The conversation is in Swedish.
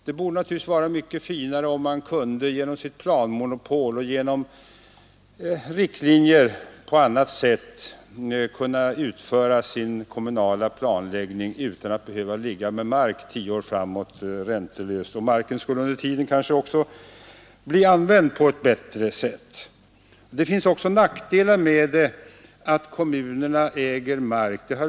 Det borde naturligtvis vara mycket finare om man kunde genom planmonopol och genom riktlinjer på annat sätt utföra sin kommunala planläggning utan att behöva ligga med mark tio år framåt räntelöst, och marken skulle under tiden kanske också bli använd på ett bättre sätt. Det finns också andra nackdelar med att kommunerna äger marken.